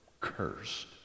cursed